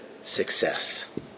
success